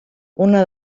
una